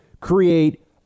create